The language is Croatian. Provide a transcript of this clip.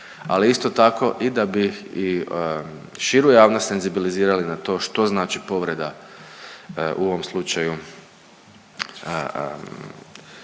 ali isto tako i da bi i širu javnost senzibilizirali na to što znači povreda u ovom slučaju